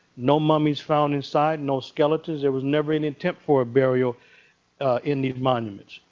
no mummies found inside, no skeletons. there was never any attempt for a burial in these monuments.